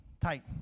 tight